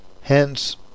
hence